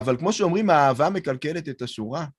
אבל כמו שאומרים, האהבה מקלקלת את השורה.